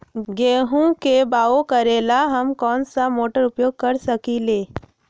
गेंहू के बाओ करेला हम कौन सा मोटर उपयोग कर सकींले?